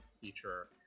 feature